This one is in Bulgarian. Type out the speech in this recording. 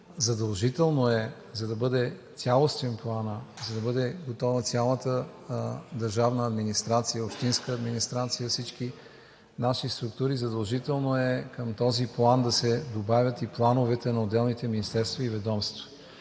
Задължително е, за да бъде цялостен Планът, за да бъде готова цялата държавна администрация, общинската администрация, всички наши структури, задължително е към този план да се добавят и плановете на отделните министерства и ведомства